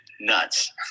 nuts